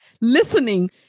listening